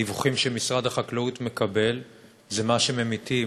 הדיווחים שמשרד החקלאות מקבל זה מה שממיתים